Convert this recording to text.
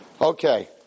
Okay